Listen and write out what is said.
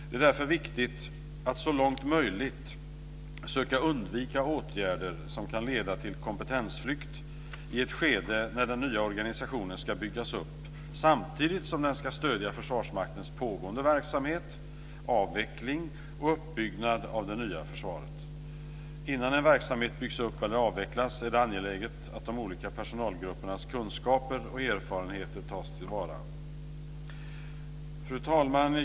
Det är därför viktigt att så långt möjligt söka undvika åtgärder som kan leda till kompetensflykt i ett skede när den nya organisationen ska byggas upp samtidigt som den ska stödja Försvarsmaktens pågående verksamhet, avveckling och uppbyggnad av det nya försvaret. Innan en verksamhet byggs upp eller avvecklas är det angeläget att de olika personalgruppernas kunskaper och erfarenheter tas till vara. Fru talman!